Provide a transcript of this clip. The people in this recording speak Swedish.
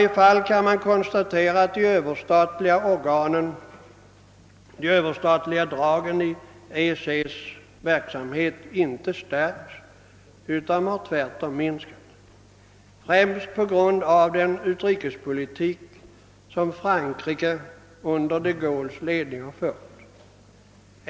Åtminstone kan man konstatera, att de överstatliga dragen i EEC:s verksamhet inte stärkts, utan att de tvärtom har minskat i betydelse, främst på grund av den utrikespolitik som Frankrike under de Gaulles ledning har fört.